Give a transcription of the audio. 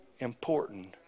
important